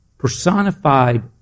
personified